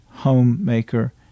homemaker